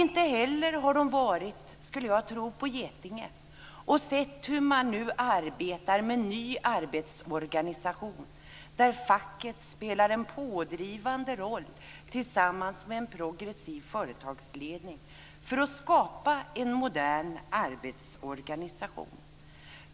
Inte heller har de varit, skulle jag tro, på Getinge och sett hur man nu arbetar med ny arbetsorganisation, där facket spelar en pådrivande roll tillsammans med en progressiv företagsledning för att skapa en modern arbetsorganisation.